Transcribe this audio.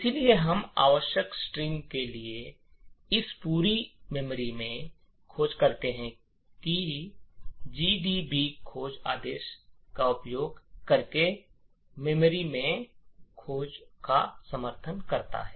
इसलिए हम आवश्यक स्ट्रिंग के लिए इस पूरी मेमोरी रेंज में खोज करने की कोशिश करेंगे जीडीबी खोज आदेश का उपयोग करके स्मृति में खोज का समर्थन करता है